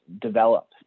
develop